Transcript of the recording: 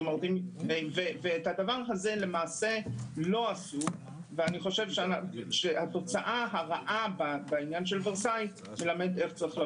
את הדבר הזה לא עשו ואני חושב שהתוצאה הרעה בעניין של ורסאי מראה את זה.